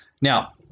Now